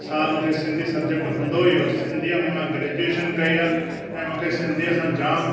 साल मूंखे सिंधी सब्जेक्ट हूंदो ई हुओ सिंधीअ में मां ग्रेजुएशन कई आहे ऐं मूंखे सिंधीअ सां जाम